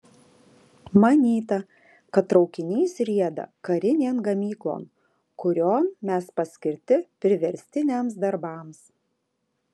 manyta kad traukinys rieda karinėn gamyklon kurion mes paskirti priverstiniams darbams